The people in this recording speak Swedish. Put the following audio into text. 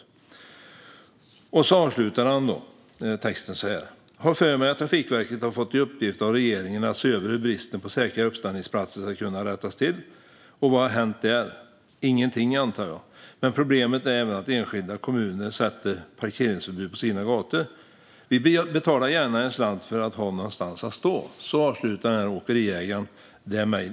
Åkeriägaren avslutar mejlet så här: Har för mig att Trafikverket har fått i uppgift av regeringen att se över hur bristen på säkra uppställningsplatser ska kunna rättas till. Vad har hänt där? Ingenting, antar jag. Men problemet är även att enskilda kommuner har parkeringsförbud på sina gator. Vi betalar gärna en slant för att ha någonstans att stå.